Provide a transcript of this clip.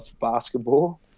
basketball